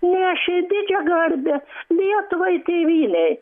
nešė didžią garbę lietuvai tėvynei